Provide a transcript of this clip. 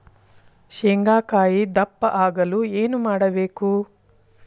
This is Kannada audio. ಶೇಂಗಾಕಾಯಿ ದಪ್ಪ ಆಗಲು ಏನು ಮಾಡಬೇಕು?